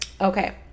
Okay